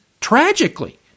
tragically